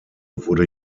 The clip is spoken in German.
wurde